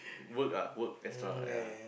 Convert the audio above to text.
work ah work extra yea